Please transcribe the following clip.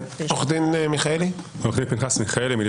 עורך דין מיכאלי, בבקשה.